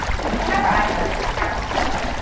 she took out her iphone and snapped a photo.